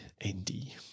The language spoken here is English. N-D